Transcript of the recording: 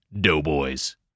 Doughboys